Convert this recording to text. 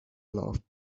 love